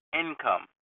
income